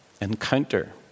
encounter